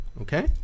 Okay